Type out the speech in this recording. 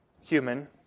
human